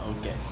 Okay